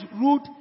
rude